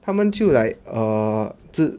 他们就 like